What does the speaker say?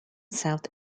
south